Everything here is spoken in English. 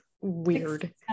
weird